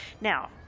Now